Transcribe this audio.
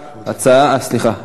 סליחה,